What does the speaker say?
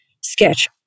sketch